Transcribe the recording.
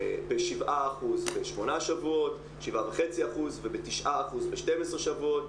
ב-7% - בשמונה שבועות, 7.5%. ב-9% - ל-12 שבועות.